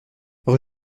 rue